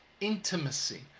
intimacy